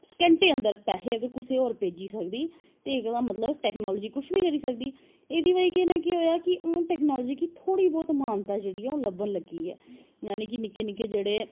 घैंटे बिच्च पैसे अगर कुसे होर बी भेजी सकदी ते एह्दा मतलव टैकनॉलजी कुश बी करी सकदी एह्दी बज़ह् कन्नैं केह् होआ कि हून टैकनॉलजी गी थोह्ड़ी बौह्त मानता जेह्ड़ी ओह् लब्भन लगी ऐ जानिके निक्के निक्के जेह्ड़े